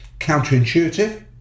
counterintuitive